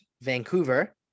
Vancouver